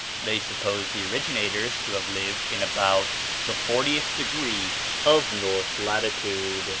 they suppose the originators to have lived in about the fortieth degree of north latitude,